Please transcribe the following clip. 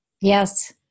Yes